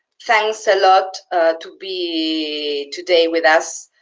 thanks a lot to be today with us